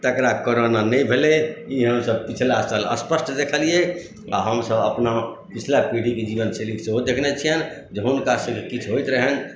तकरा करोना नहि भेलै ई हमसभ पिछला साल स्पष्ट देखलियै आ हमसभ अपना पछिला पीढ़ीक जीवनशैलीकेँ सेहो देखने छियैन जे हुनकासभके किछु होइत रहनि तऽ